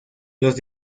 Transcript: los